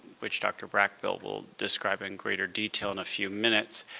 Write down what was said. which dr. brackbill will describe in greater detail in a few minutes,